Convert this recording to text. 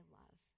love